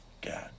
God